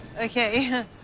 Okay